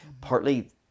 Partly